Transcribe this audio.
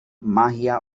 magia